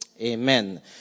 Amen